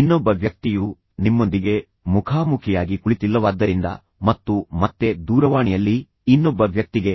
ಇನ್ನೊಬ್ಬ ವ್ಯಕ್ತಿಯು ನಿಮ್ಮೊಂದಿಗೆ ಮುಖಾಮುಖಿಯಾಗಿ ಕುಳಿತಿಲ್ಲವಾದ್ದರಿಂದ ಮತ್ತು ಮತ್ತೆ ದೂರವಾಣಿಯಲ್ಲಿ ಇನ್ನೊಬ್ಬ ವ್ಯಕ್ತಿಗೆ